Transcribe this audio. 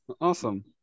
Awesome